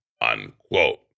unquote